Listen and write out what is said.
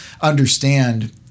understand